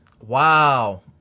Wow